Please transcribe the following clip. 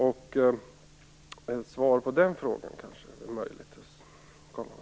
Kan ministern kanske ge ett svar på den frågan?